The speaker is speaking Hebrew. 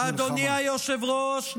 אדוני היושב-ראש,